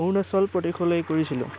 অৰুণাচল প্ৰদেশলৈ কৰিছিলোঁ